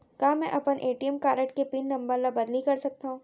का मैं अपन ए.टी.एम कारड के पिन नम्बर ल बदली कर सकथव?